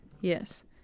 Yes